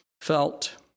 felt